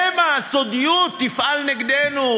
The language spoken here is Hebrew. שמא הסודיות תפעל נגדנו,